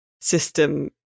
system